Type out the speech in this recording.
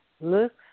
Looks